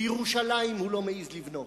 בירושלים הוא לא מעז לבנות.